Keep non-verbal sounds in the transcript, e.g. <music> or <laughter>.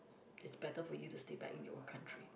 <noise> it's better for you to stay back in your country